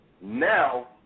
Now